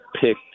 picked